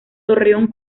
torreón